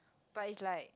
but it's like